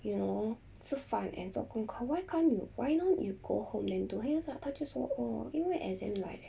you know 吃饭 and 做功课 why can't you why don't you go home then do 他就说哦因为 exam 来 liao